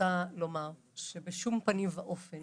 רוצה לומר שבשום פנים ואופן